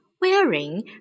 wearing